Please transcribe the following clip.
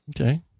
Okay